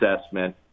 assessment